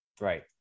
right